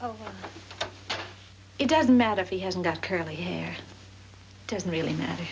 there it doesn't matter if he hasn't got curly hair doesn't really matter